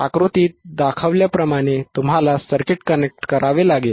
आकृतीत दाखवल्याप्रमाणे तुम्हाला सर्किट कनेक्ट करावे लागेल